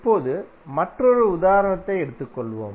இப்போது மற்றொரு உதாரணத்தை எடுத்துக் கொள்வோம்